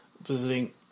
visiting